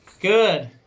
Good